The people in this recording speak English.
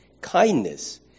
kindness